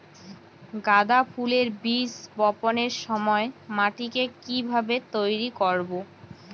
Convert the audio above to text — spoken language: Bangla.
গাদা ফুলের বীজ বপনের সময় মাটিকে কিভাবে তৈরি করব?